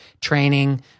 training